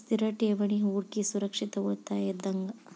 ಸ್ಥಿರ ಠೇವಣಿ ಹೂಡಕಿ ಸುರಕ್ಷಿತ ಉಳಿತಾಯ ಇದ್ದಂಗ